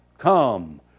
come